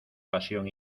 pasión